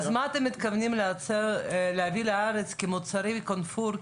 אז מה אתם מתכוונים להביא לארץ כמוצרי 'קרפור',